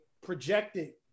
projected